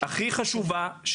הכי חשובה,